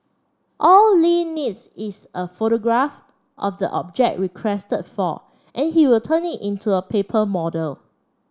all Li needs is a photograph of the object requested for and he will turn it into a paper model